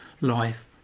life